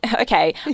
Okay